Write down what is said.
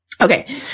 Okay